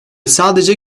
sadece